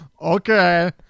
Okay